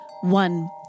One